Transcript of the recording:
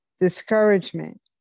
discouragement